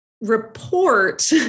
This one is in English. report